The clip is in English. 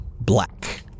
black